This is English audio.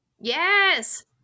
yes